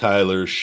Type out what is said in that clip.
Tyler